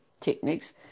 techniques